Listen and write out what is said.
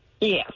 Yes